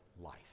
life